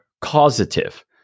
causative